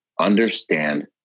understand